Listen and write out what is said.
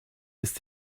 ist